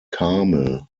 carmel